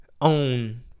own